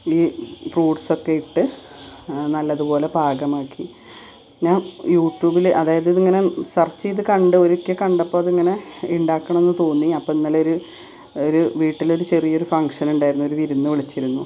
ഈ ഫ്രൂട്ട്സൊക്കെ ഇട്ട് നല്ലതുപോലെ പാകമാക്കി ഞാൻ യൂറ്റൂബിൽ അതായത് ഇത് ഇങ്ങനെ സെർച്ച് ചെയ്ത് കണ്ട് ഒരിക്കൽ കണ്ടപ്പോൾ അത് ഇങ്ങനെ ഉണ്ടാക്കണം എന്ന് തോന്നി അപ്പം ഇന്നലെ ഒരു ഒരു വീട്ടിലൊരു ചെറിയൊരു ഫങ്ക്ഷൻ ഉണ്ടായിരുന്നു ഒരു വിരുന്ന് വിളിച്ചിരുന്നു